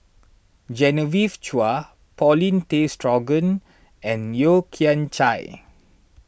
Genevieve Chua Paulin Tay Straughan and Yeo Kian Chai